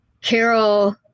Carol